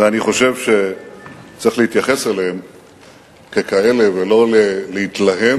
ואני חושב שצריך להתייחס אליהם ככאלה, ולא להתלהם